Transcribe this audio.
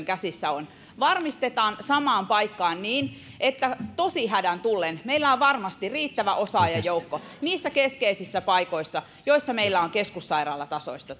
käsissä on varmistetaan samaan paikkaan niin että tosihädän tullen meillä on varmasti riittävä osaajajoukko niissä keskeisissä paikoissa joissa meillä on keskussairaalatasoista